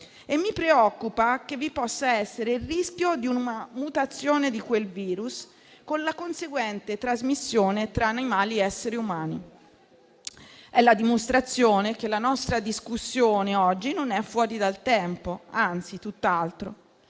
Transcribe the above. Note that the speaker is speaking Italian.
e mi preoccupa che vi possa essere il rischio di una mutazione di quel virus*,* con la conseguente trasmissione tra animali ed esseri umani. È la dimostrazione che la nostra discussione odierna non è fuori dal tempo, anzi, tutt'altro.